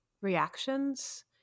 reactions